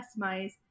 customize